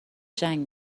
جنگ